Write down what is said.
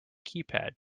keypad